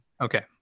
Okay